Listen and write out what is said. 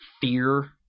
Fear